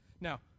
Now